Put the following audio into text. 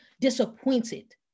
disappointed